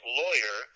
lawyer